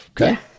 Okay